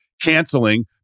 canceling